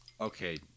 okay